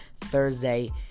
Thursday